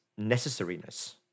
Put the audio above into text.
necessariness